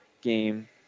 game